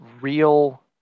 real